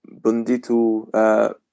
Bundito